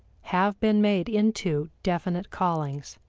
have been made into definite callings.